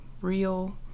real